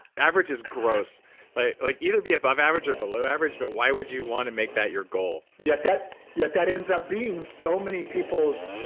average is gross like like either be above average or below average. but why would you want to make that your goal yet that yet that ends up being so many people's